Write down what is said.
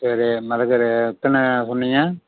சரி மரச் சேரு எத்தனை சொன்னீங்கள்